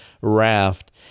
raft